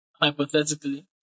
Hypothetically